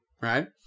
Right